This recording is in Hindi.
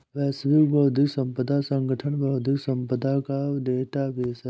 विश्व बौद्धिक संपदा संगठन बौद्धिक संपदा का डेटाबेस है